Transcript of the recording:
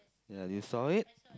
ya do you saw it